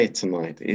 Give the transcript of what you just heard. tonight